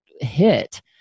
hit